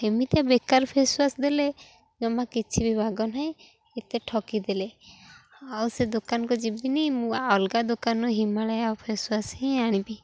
ସେମିତିଆ ବେକାର face wash ଦେଲେ ଜମା କିଛି ବି ବାଗ ନାହିଁ ଏତେ ଠକି ଦେଲେ ଆଉ ସେ ଦୋକାନକୁ ଯିବିନି ମୁଁ ଅଲଗା ଦୋକାନରୁ ହିମାଳୟ ଫେସ୍ ୱାଶ୍ ହିଁ ଆଣିବି